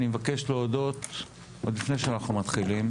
אני מבקש להודות עוד לפני שאנחנו מתחילים,